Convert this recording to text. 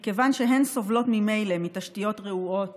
מכיוון שהן סובלות ממילא מתשתיות רעועות